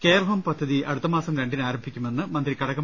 care home പദ്ധതി അടുത്തമാസം രണ്ടിന് ആരംഭിക്കുമെന്ന് മന്ത്രി കടകം